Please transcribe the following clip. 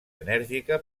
enèrgica